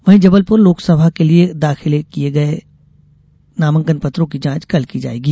वहीं जबलपुर लोकसभा के लिये दाखिल किये गये नामांकन पत्रों की जांच कल की जाएगी